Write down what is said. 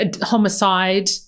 homicide